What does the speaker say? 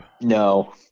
no